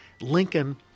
Lincoln